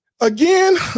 Again